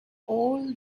all